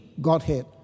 Godhead